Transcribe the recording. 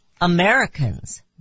Americans